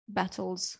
battles